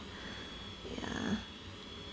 ya